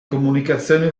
comunicazioni